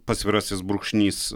pasvirasis brūkšnys